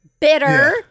bitter